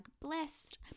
blessed